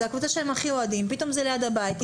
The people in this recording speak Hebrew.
זו הקבוצה שהם הכי אוהדים ופתאום זה ליד הבית.